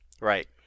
Right